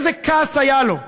איזה כעס היה לו?